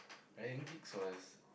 Ryan-Giggs was